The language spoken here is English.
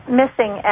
missing